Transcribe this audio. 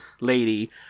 lady